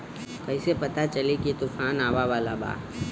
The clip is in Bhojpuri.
कइसे पता चली की तूफान आवा वाला बा?